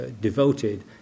devoted